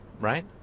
right